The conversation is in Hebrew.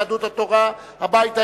יהדות התורה והבית היהודי,